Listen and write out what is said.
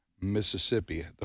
Mississippi